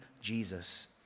Jesus